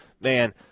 Man